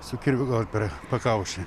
su kirviu gaut per pakaušį